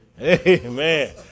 amen